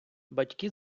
батьки